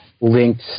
linked